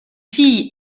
fille